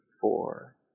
four